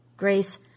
Grace